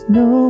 no